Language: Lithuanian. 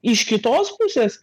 iš kitos pusės